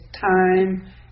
time